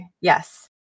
Yes